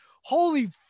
Holy